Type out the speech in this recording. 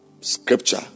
Scripture